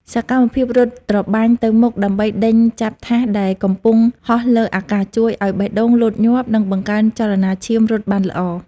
សកម្មភាពរត់ត្របាញ់ទៅមុខដើម្បីដេញចាប់ថាសដែលកំពុងហោះលើអាកាសជួយឱ្យបេះដូងលោតញាប់ និងបង្កើនចលនាឈាមរត់បានល្អ។